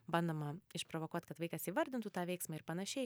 bandoma išprovokuot kad vaikas įvardintų tą veiksmą ir panašiai